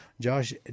Josh